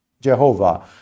Jehovah